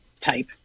type